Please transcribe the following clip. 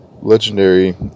legendary